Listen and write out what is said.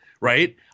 right